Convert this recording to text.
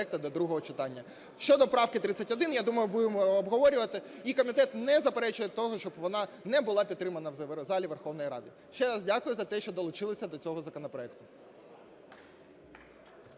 Щодо правки 31. Я думаю, будемо обговорювати, і комітет не заперечує того, щоб вона не була підтримана в залі Верховної Ради. Ще раз дякую за те, що долучилися до цього законопроекту.